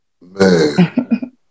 Man